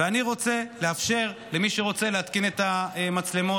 ואני רוצה לאפשר למי שרוצה להתקין את המצלמות.